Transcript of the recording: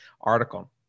article